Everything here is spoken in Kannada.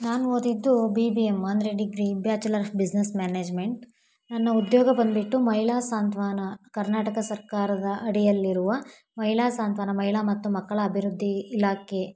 ನಾನು ಓದಿದ್ದು ಬಿ ಬಿ ಎಂ ಅಂದರೆ degree bachelor of business management ನನ್ನ ಉದ್ಯೋಗ ಬಂದುಬಿಟ್ಟು ಮಹಿಳಾ ಸಾಂತ್ವನ ಕರ್ನಾಟಕ ಸರ್ಕಾರದ ಅಡಿಯಲ್ಲಿರುವ ಮಹಿಳಾ ಸಾಂತ್ವನ ಮಹಿಳಾ ಮತ್ತು ಮಕ್ಕಳ ಅಭಿವೃದ್ಧಿ ಇಲಾಖೆ